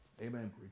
Amen